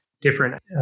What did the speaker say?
different